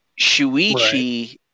Shuichi